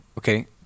Okay